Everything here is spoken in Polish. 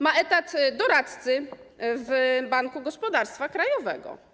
Ma etat doradcy w Banku Gospodarstwa Krajowego.